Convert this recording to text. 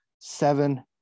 seven